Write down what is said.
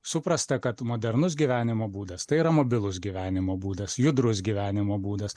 suprasta kad modernus gyvenimo būdas tai yra mobilus gyvenimo būdas judrus gyvenimo būdas